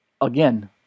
Again